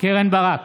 קרן ברק,